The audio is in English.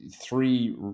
three